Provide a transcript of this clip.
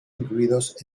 incluidos